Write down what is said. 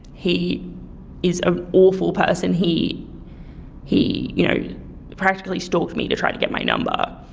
he is an awful person, he he you know yeah practically stalked me to try to get my number,